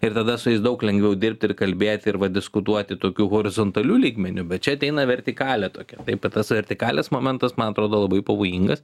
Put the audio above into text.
ir tada su jais daug lengviau dirbt ir kalbėti ir va diskutuoti tokiu horizontaliu lygmeniu bet čia ateina vertikalė tokia taip ir tas vertikalės momentas man atrodo labai pavojingas